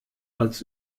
als